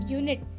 unit